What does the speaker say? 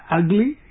ugly